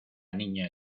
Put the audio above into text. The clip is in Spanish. niña